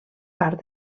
part